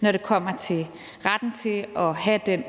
når det kommer til retten til at have den